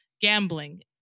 gambling